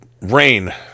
Rain